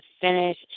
finish